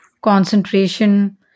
concentration